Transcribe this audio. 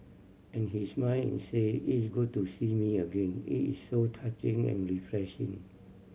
and he smile and say is good to see me again it is so touching and refreshing